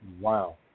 Wow